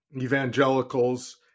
evangelicals